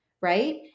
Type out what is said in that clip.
right